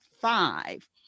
five